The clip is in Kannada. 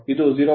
ಇದು 0